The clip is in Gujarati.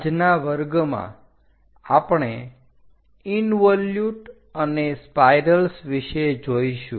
આજના વર્ગમાં આપણે ઇન્વોલ્યુટ અને સ્પાઇરલ્સ વિશે જોઈશું